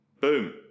boom